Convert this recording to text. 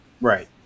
Right